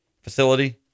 facility